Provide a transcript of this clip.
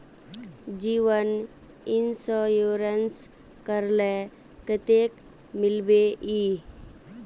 जीवन इंश्योरेंस करले कतेक मिलबे ई?